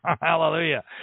Hallelujah